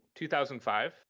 2005